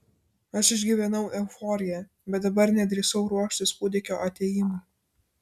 aš išgyvenau euforiją bet dar nedrįsau ruoštis kūdikio atėjimui